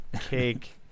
cake